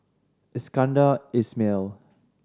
Iskandar Ismail